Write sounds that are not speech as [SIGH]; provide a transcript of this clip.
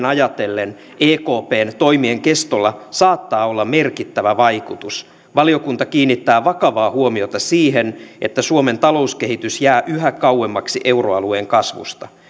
[UNINTELLIGIBLE] ajatellen ekpn toimien kestolla saattaa olla merkittävä vaikutus valiokunta kiinnittää vakavaa huomiota siihen että suomen talouskehitys jää yhä kauemmaksi euroalueen kasvusta